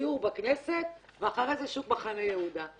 סיור בכנסת ואחרי זה שוק מחנה יהודה.